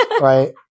right